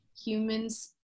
humans